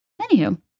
anywho